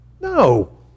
No